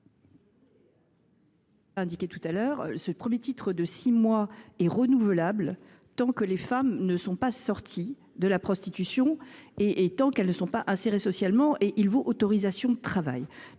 d’une durée de six mois est renouvelable tant que les femmes ne sont pas sorties de la prostitution et tant qu’elles ne sont pas insérées socialement, et il vaut autorisation de travail.